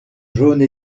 jaune